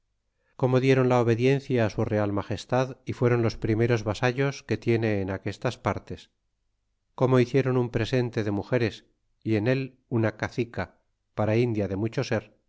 como diéron la obediencia su real magestad y fueron los primeros vasallos que tiene en aquestas partes como hicieron un presente de mugeres y en él una cacica para india de mucho ser